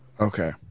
Okay